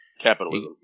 capitalism